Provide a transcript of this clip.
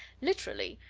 literally,